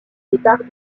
départs